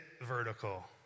Vertical